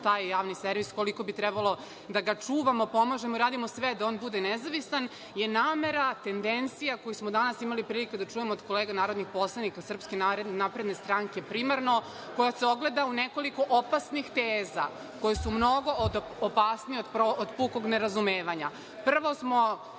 to javni servis, koliko bi trebalo da ga čuvamo, pomažemo, radimo sve da on bude nezavistan je namera, tendencija koju smo danas imali prilike da čujemo od kolega narodnih poslanika SNS, primarno, koja se ogleda u nekoliko opasnih teza, koje su mnogo opasnije od pukog nerazumevanja. Prvo smo